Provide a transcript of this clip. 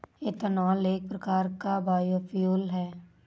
ethanol एक प्रकार का बायोफ्यूल है